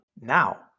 now